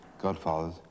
godfathers